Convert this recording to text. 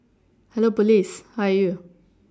hello police how are you